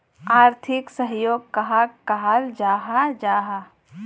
आर्थिक सहयोग कहाक कहाल जाहा जाहा?